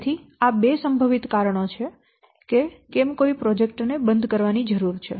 તેથી આ બે સંભવિત કારણો છે કે કેમ કોઈ પ્રોજેક્ટ ને બંધ કરવાની જરૂર છે